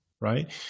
right